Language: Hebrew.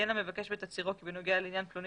ציין המבקש בתצהירו כי בנוגע לעניין פלוני